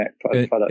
product